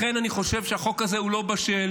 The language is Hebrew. לכן אני חושב שהחוק הזה הוא לא בשל,